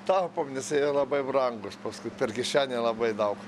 taupom nes jie labai brangūs paskui per kišenę labai daug